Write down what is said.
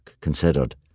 considered